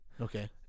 Okay